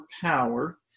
power